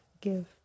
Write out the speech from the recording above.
give